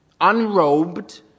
Unrobed